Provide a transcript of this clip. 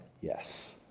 yes